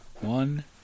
One